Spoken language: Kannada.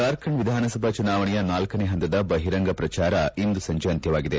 ಜಾರ್ಖಂಡ್ ವಿಧಾನಸಭಾ ಚುನಾವಣೆಯ ನಾಲ್ಲನೇ ಹಂತದ ಬಹಿರಂಗ ಪ್ರಚಾರ ಇಂದು ಸಂಜೆ ಅಂತ್ನವಾಗಿದೆ